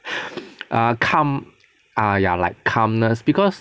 err calm ah ya like calmness because